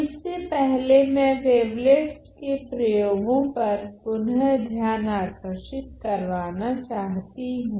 तो इससे पहले मैं वेवलेट्स के प्रयोगो पर पुनः ध्यान आकर्षित करवाना चाहती हूँ